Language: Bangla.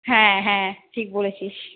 হ্যাঁ হ্যাঁ ঠিক বলেছিস